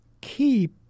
keep